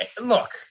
Look